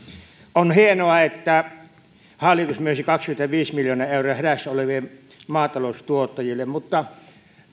on hienoa että hallitus myönsi kaksikymmentäviisi miljoonaa euroa hädässä oleville maataloustuottajille mutta